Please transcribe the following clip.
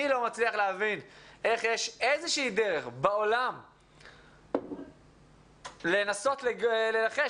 אני לא מבין איך יש דרך בעולם לנסות לנחש